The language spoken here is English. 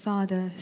Father